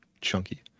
chunky